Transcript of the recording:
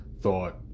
thought